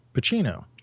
Pacino